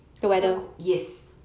比较 cool~ yes